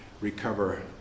recover